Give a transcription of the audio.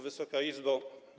Wysoka Izbo!